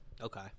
Okay